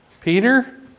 Peter